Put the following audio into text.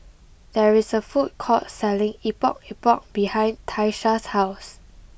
there is a food court selling Epok Epok behind Tyesha's house